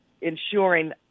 ensuring